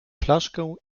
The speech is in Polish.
flaszkę